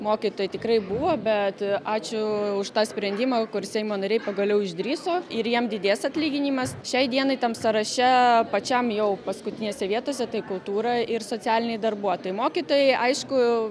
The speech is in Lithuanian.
mokytojai tikrai buvo bet ačiū už tą sprendimą kur seimo nariai pagaliau išdrįso ir jiem didės atlyginimas šiai dienai tam sąraše pačiam jau paskutinėse vietose tai kultūra ir socialiniai darbuotojai mokytojai aišku